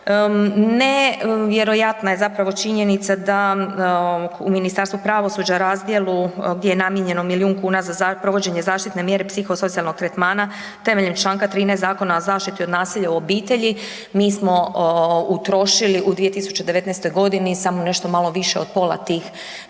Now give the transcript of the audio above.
Nevjerojatna je zapravo činjenica da u Ministarstvu pravosuđa u razdjelu gdje je namijenjeno milijun kuna za provođenje zaštitne mjere psihosocijalnog tretmana temeljem čl. 13. Zakona o zaštiti od nasilja u obitelji mi smo utrošili u 2019. g. samo nešto malo više od pola tih